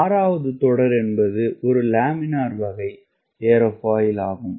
6 தொடர் என்பது ஒரு லேமினார் வகை ஏரோஃபாயில் ஆகும்